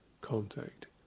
contact